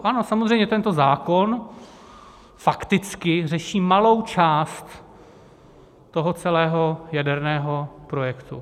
Ano, samozřejmě tento zákon fakticky řeší malou část toho celého jaderného projektu.